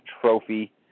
Trophy